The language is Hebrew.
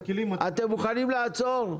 אתם מוכנים לעצור?